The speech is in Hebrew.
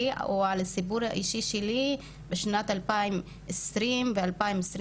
או על הסיפור האישי שלי בשנת 2020 ו-2021.